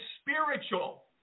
spiritual